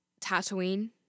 Tatooine